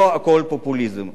לא הכול פופוליזם.